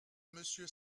monsieur